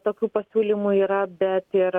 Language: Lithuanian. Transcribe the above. tokių pasiūlymų yra bet ir